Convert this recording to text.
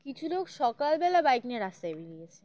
কিছু লোক সকালবেলা বাইক নিয়ে রাস্তায় বেরিয়েছে